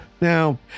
Now